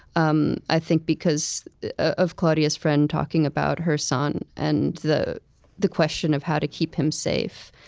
um i think, because of claudia's friend talking about her son, and the the question of how to keep him safe.